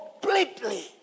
completely